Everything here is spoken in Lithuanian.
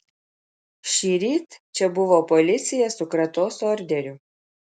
šįryt čia buvo policija su kratos orderiu